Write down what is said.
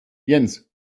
jens